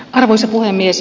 arvoisa puhemies